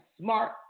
smart